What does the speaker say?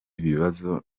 ibibazo